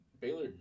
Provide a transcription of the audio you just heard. Baylor